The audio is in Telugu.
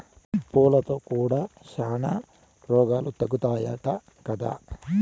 పూలతో కూడా శానా రోగాలు తగ్గుతాయట కదా